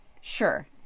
Sure